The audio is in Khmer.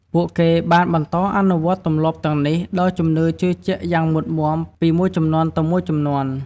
ពួកគេបានបន្តអនុវត្តទម្លាប់ទាំងនេះដោយជំនឿជឿជាក់យ៉ាងម៉ុតមាំពីមួយជំនាន់ទៅមួយជំនាន់។